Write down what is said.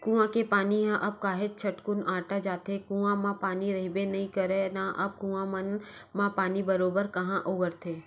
कुँआ के पानी ह अब काहेच झटकुन अटा जाथे, कुँआ म पानी रहिबे नइ करय ना अब कुँआ मन म पानी बरोबर काँहा ओगरथे